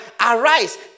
arise